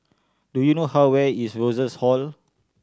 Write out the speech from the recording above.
do you know how where is Rosas Hall